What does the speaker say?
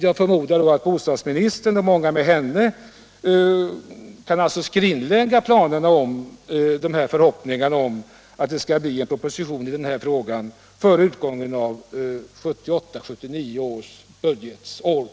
Jag förmodar att bostads ministern och många med henne nu kan skrinlägga förhoppningarna om att